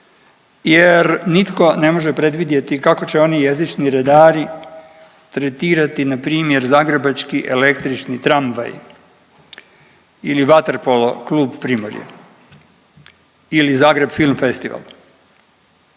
jer nitko ne može predvidjeti kako će oni jezični redari tretirati npr. Zagrebački električni tramvaj ili Vaterpolo klub Primorje ili Zagreb film festival.